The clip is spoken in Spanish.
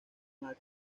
max